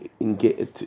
engage